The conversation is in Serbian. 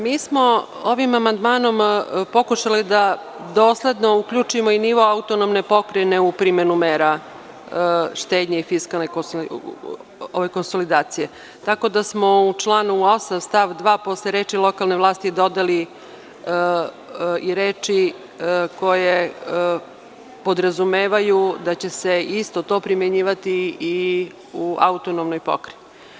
Mi smo ovim amandmanom pokušali da dosledno uključimo i nivo autonomne pokrajine u primenu mera štednje i fiskalne konsolidacije, tako da smo u članu 8. stav 2. posle reči – lokalne vlasti, dodali reči – koje podrazumevaju da će se isto to primenjivati i u autonomnoj pokrajini.